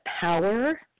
power